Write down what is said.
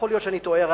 יכול להיות שאני טועה.